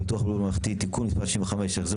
הצעת חוק: ביטוח בריאות ממלכתי (תיקון מס' 65) (החזר